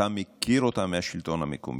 אתה מכיר אותה מהשלטון המקומי.